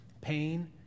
pain